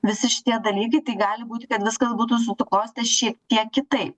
visi šitie dalykai tai gali būti kad viskas būtų susiklostę šiek tiek kitaip